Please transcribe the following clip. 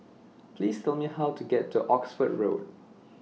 Please Tell Me How to get to Oxford Road